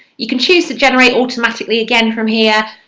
you can choose to generate automatically again from here,